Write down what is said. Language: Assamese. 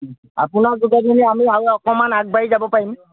আপোনাৰ যোগেদি আমি আৰু অকণমান আগবাঢ়ি যাব পাৰিম